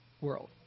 world